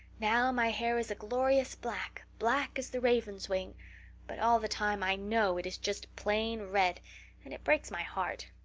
now my hair is a glorious black, black as the raven's wing but all the time i know it is just plain red and it breaks my heart.